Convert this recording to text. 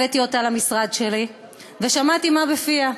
הבאתי אותה למשרד שלי ושמעתי מה בפיה.